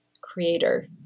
creator